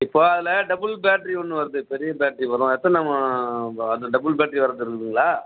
இப்போ அதில் double battery ஒன்று வருது பெரிய பேட்டரி வரும் எத்தனை நம்ம அந்த டபுள் பேட்டரி வரது இருக்குதுங்களா